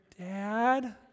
Dad